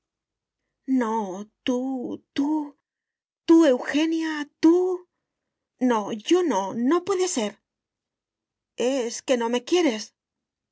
no tú tú tú eugenia tú no yo no no puede ser es que no me quieres